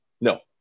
no